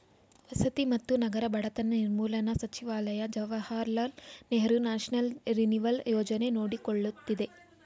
ವಸತಿ ಮತ್ತು ನಗರ ಬಡತನ ನಿರ್ಮೂಲನಾ ಸಚಿವಾಲಯ ಜವಾಹರ್ಲಾಲ್ ನೆಹರು ನ್ಯಾಷನಲ್ ರಿನಿವಲ್ ಯೋಜನೆ ನೋಡಕೊಳ್ಳುತ್ತಿದೆ